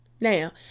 Now